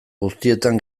guztietan